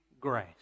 grace